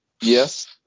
Yes